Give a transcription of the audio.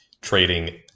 trading